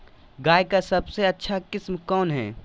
गाय का सबसे अच्छा किस्म कौन हैं?